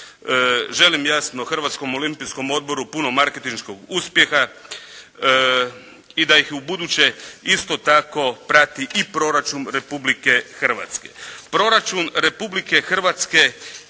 Želim jasno, Hrvatskom olimpijskom odboru puno marketinškog uspjeha i da ih ubuduće isto tako prati i proračun Republike Hrvatske.